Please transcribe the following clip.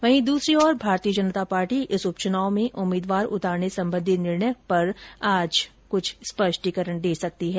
वहीं दूसरी ओर भारतीय जनता पार्टी इस उप चुनाव में उम्मीदवार उतारने संबंधी निर्णय को आज स्पष्ट कर सकती है